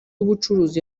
w’ubucuruzi